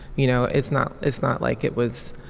you know it's not it's not like it was